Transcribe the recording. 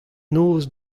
noz